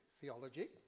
theology